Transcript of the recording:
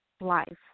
life